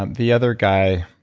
um the other guy